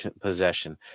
possession